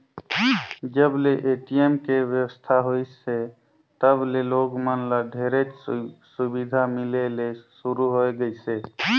जब ले ए.टी.एम के बेवस्था होइसे तब ले लोग मन ल ढेरेच सुबिधा मिले ले सुरू होए गइसे